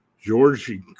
Georgie